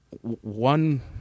one